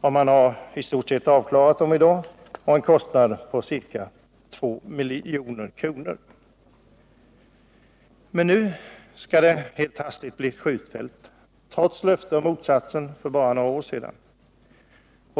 och man har i dag i stort sett genomfört dessa, till en kostnad av ca 2 milj.kr. Men nu skall det helt hastigt bli ett skjutfält av marken, trots löftet för bara några år sedan.